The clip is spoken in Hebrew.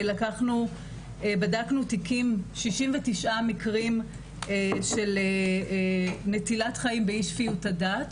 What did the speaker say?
בדקנו 69 מקרים של נטילת חיים באי-שפיות הדעת